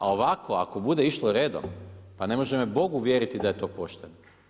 A ovako ako bude išlo redom, pa ne može me Bog uvjeriti da je to pošteno.